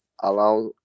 allow